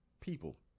people